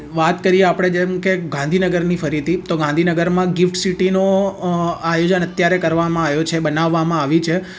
વાત કરીએ આપણે જેમ કે ગાંધીનગરની ફરીથી તો ગાંધીનગરમાં ગિફ્ટ સિટીનો આયોજન અત્યારે કરવામાં આયો છે બનાવવામાં આવી છે